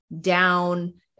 down